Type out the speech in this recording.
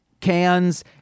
cans